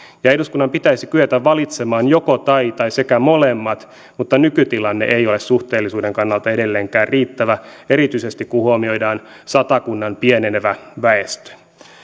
ja eduskunnan pitäisi kyetä valitsemaan joko tai tai molemmat mutta nykytilanne ei ole suhteellisuuden kannalta edelleenkään riittävä erityisesti kun huomioidaan satakunnan pienenevä väestö